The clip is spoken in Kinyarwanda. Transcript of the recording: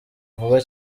vuba